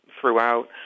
throughout